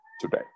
today